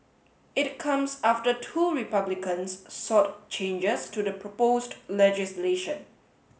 it comes after two Republicans sought changes to the proposed legislation